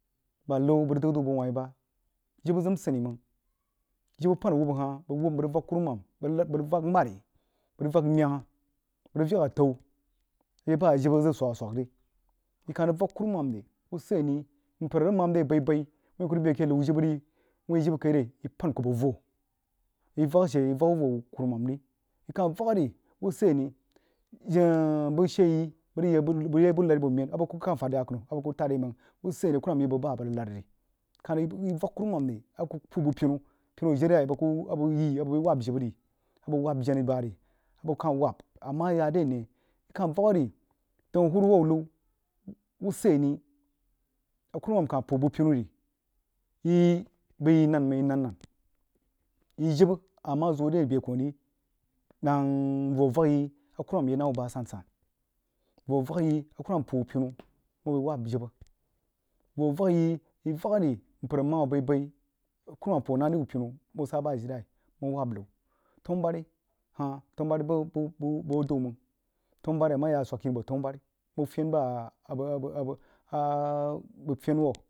Bah luu a bəg rig dəg adəu bəg wah ri bah jibə zəm sini mang jibə pai awubba hah awubba bəg rig bəg wub bəg rig vak kuruman bəg vak man bəg rig vak myengha bəg rig vak atau a she bah a jibə zəg sweg aswag ri yi keh rig vak kumonam ri wuseni npər a rig mahm dui abai-bai wuin kuh rig bəg ake liu jibə ri wuih jibə kai le yi paan nəng kph bəg voh yi ashe yi vak abo voh kurumam ri yi keh vak ri uuseni bəg shee yi bəg rig buh lari aboh men wuk fad yakənu kuh tad yi mang bəg bah a bəg rig bihd re yi kah rig vak kurumam ri a kuh puu bəg pinu, pinu ajilai a bəg yi abə bəi waab jibə ri a bəg waab jenah bah ri a bəg kah waab ama yah re ne yo kah vak a ni daun huruhou liu uuseni a kurumam kah pun bəg pinu ri yi bəi yi nan mang yi han-nan yi jibə ama zoh le abe kuh ri nang voh vakghi yi a kummam yii nah wuh bah asen-sen voh vaghi yi a kurumam punh wuh pinu muh bəi wahb jibə voh vaghi yi yi vak ri mpər ama mam abai-bai a kurumam puh nah dri yi pinu a bəg sah a jilai muh wab liu tambari hah tanubari bəg bəg bəg adəun mang tanubari a hah yak a swak kini boh tanubari muh fen bah abəg abəg abəg ah bəg fen wuh.